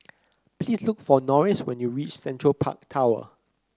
please look for Norris when you reach Central Park Tower